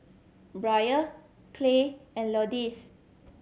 Bria Clay and Lourdes